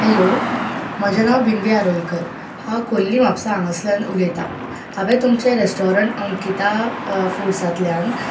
hello म्हजें नांव बिंदिया आरोलकर हांव खोर्ली म्हापसा हांगासल्यान उलयता हांवें तुमचें रेस्टोरंट अंकीता फुडसांतल्यान